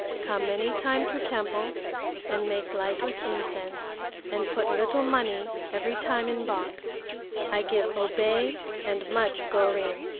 come many time to temple and make light with incense and put little money every time in box i give obey and much go rin,